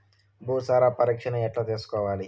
భూసార పరీక్షను ఎట్లా చేసుకోవాలి?